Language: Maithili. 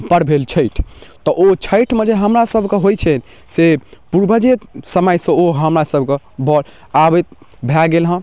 पर्व भेल छैठ तऽ ओ छैठमे जे हमरा सबके होइ छै से पूर्वजे समयसँ ओ हमरा सबके ब आबैत भए गेल हँ